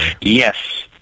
yes